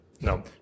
No